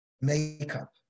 makeup